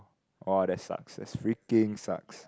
orh that sucks that's freaking sucks